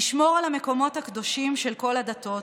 תשמור על המקומות הקדושים של כל הדתות,